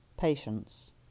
Patience